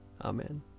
Amen